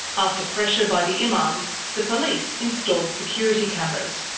after pressure by the imams, the police installed security cameras,